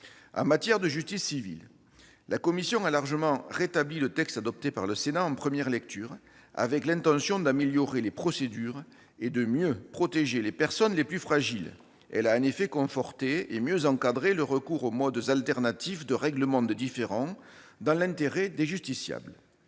En matière de justice civile, la commission a largement rétabli le texte adopté par le Sénat en première lecture, avec l'intention d'améliorer les procédures et de mieux protéger les personnes les plus fragiles. Elle a en effet conforté et mieux encadré le recours aux modes alternatifs de règlement des différends, dans l'intérêt des justiciables.